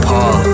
Paul